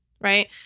Right